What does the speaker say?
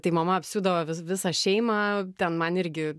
tai mama apsiūdavo vi visą šeimą ten man irgi